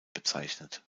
bezeichnet